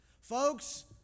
Folks